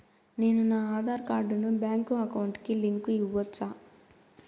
నేను నా ఆధార్ కార్డును బ్యాంకు అకౌంట్ కి లింకు ఇవ్వొచ్చా?